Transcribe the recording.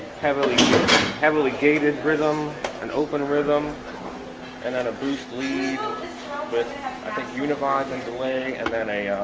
heavily heavily gated rhythm and open rhythm and then a brief lead but i think unifies and delaying and then a